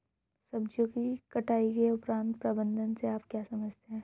सब्जियों के कटाई उपरांत प्रबंधन से आप क्या समझते हैं?